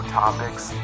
topics